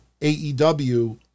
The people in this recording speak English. AEW